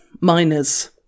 miners